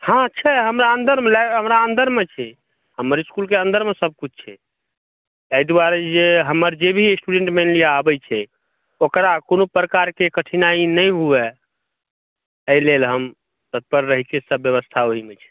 हँ छै हमर अन्दरमे हमर अन्दरमे छै हमर इसकुलके अन्दरमे सभ किछु छै एहि दुआरे जे हमर जे भी स्टुडेन्ट मानि लिअ आबैत छै ओकरा कोनो प्रकारके कठिनाइ नहि हुये एहिलेल हम तत्पर रहैत छी व्यवस्था ओहिमे छै